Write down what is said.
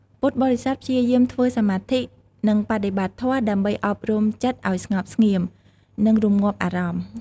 ពុទ្ធបរិស័ទព្យាយាមធ្វើសមាធិ និងបដិបត្តិធម៌ ដើម្បីអប់រំចិត្តឱ្យស្ងប់ស្ងៀម និងរម្ងាប់អារម្មណ៍។